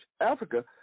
Africa